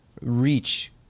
reach